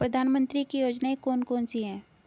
प्रधानमंत्री की योजनाएं कौन कौन सी हैं?